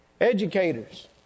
Educators